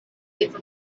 leave